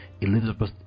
Elizabeth